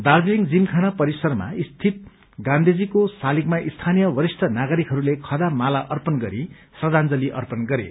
Darjeeling gymkhana परिसरमा स्थित गाँधीजीको शालिगमा स्थानीय वरिष्ट नागरिकहरूले खदा माला अर्पण गरी श्रद्वांजलि अर्पण गरे